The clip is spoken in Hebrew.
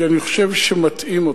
כי אני חושב שמטעים אותו.